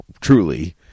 truly